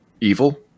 evil